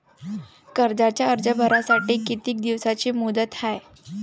कर्जाचा अर्ज भरासाठी किती दिसाची मुदत हाय?